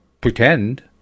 pretend